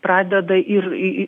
pradeda ir į į